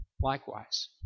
likewise